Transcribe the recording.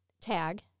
Tag